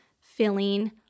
filling